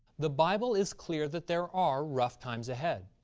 the bible is clear that there are rough times ahead,